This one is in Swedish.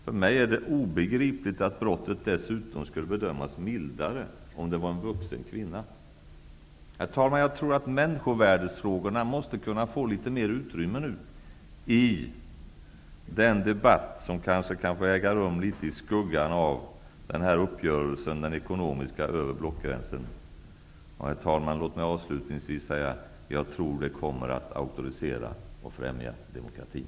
För mig är det dessutom obegripligt att brottet skulle bedömas mildare om det var fråga om en vuxen kvinna. Herr talman! Jag tror att frågorna om människovärdet nu måste kunna få mer utrymme i den debatt som kanske kommer att äga rum litet i skuggan av den ekonomiska uppgörelsen över blockgränsen. Herr talman! Låt mig avslutningsvis säga att jag tror att detta kommer att auktorisera och främja demokratin.